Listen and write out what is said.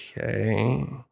Okay